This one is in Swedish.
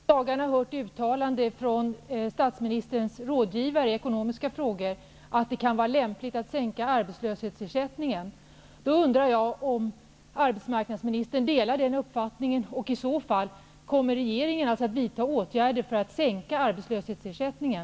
Herr talman! Jag vill ställa min fråga till arbetsmarknadsminister Börje Hörnlund. Vi har i dagarna hört ett uttalande från statsministerns rådgivare i ekonomiska frågor, att det kan vara lämpligt att sänka arbetslöshetsersättningen. Då undrar jag om arbetsmarknadsministern delar den uppfattningen, och kommer regeringen i så fall att vidta åtgärder för att sänka arbetslöshetsersättningen?